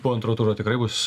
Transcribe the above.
po antro turo tikrai bus